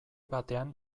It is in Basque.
batean